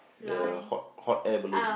the hot hot air balloon